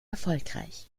erfolgreich